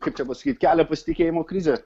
kaip čia pasakyt kelia pasitikėjimo krizę